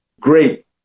great